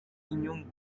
inyungu